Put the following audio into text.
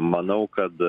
manau kad